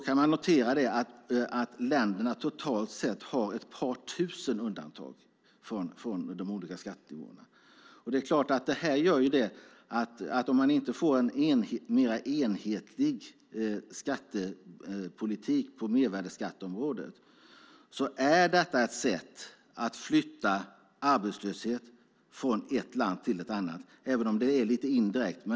Man kan notera att länderna totalt sett har ett par tusen undantag. Får man inte en mer enhetlig skattepolitik på mervärdesskatteområdet är det ett sätt att flytta arbetslöshet från ett land till ett annat, även om det är lite indirekt.